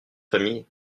famille